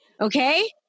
Okay